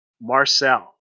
Marcel